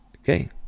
Okay